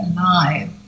alive